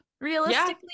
realistically